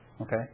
Okay